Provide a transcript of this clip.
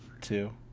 Two